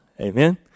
Amen